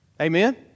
Amen